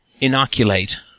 inoculate